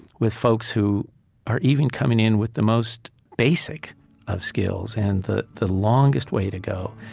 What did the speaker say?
with folks who are even coming in with the most basic of skills and the the longest way to go.